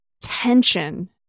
tension